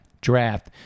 Draft